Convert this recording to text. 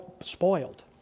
spoiled